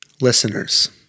listeners